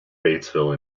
batesville